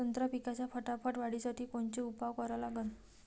संत्रा पिकाच्या फटाफट वाढीसाठी कोनचे उपाव करा लागन?